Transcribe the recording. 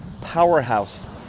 powerhouse